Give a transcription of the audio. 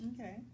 Okay